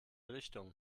richtungen